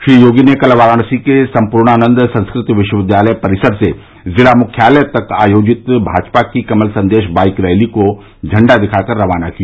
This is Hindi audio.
श्री योगी ने कल वाराणसी के सम्पूर्णानन्द संस्कृत विश्वविद्यालय परिसर से जिला मुख्यालय तक आयोजित भाजपा की कमल संदेश बाईक रैली को झंडा दिखा कर रवाना किया